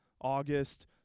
August